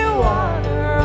water